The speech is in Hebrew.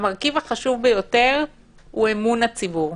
המרכיב החשוב ביותר הוא אמון הציבור.